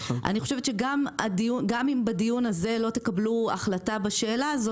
אני חושבת שגם אם בדיון הזה לא תקבלו החלטה בשאלה הזאת,